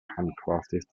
handcrafted